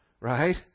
right